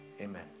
amen